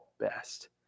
best